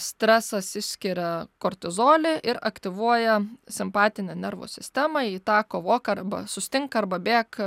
stresas išskiria kortizolį ir aktyvuoja simpatinę nervų sistemą į tą kovok arba sustink arba bėk